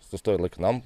sustoja laikinam